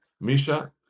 Misha